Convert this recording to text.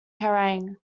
kerrang